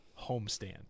homestand